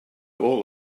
all